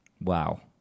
Wow